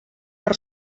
per